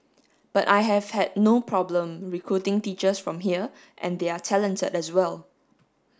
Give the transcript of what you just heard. but I have had no problem recruiting teachers from here and they are talented as well